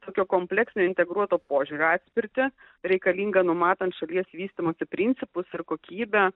tokio komplekso integruoto požiūrio atspirtį reikalinga numatant šalies vystymosi principus ir kokybę